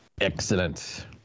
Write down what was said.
excellent